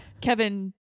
kevin